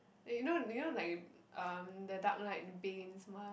eh you know you know like um the Dark Knight Bane's mask